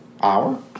hour